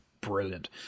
brilliant